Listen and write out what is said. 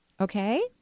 Okay